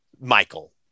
michael